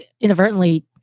inadvertently